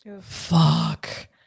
Fuck